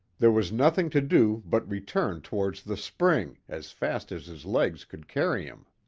there was nothing to do but return towards the spring, as fast as his legs could carry him.